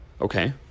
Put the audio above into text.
Okay